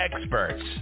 experts